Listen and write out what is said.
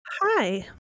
Hi